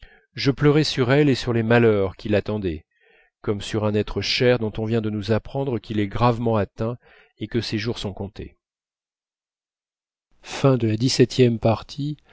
je pleurai sur elle et sur les malheurs qui l'attendaient comme sur un être cher dont on vient de nous apprendre qu'il est gravement atteint et que ses jours sont comptés